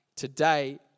today